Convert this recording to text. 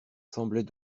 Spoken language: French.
semblait